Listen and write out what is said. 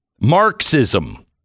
Marxism